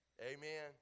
Amen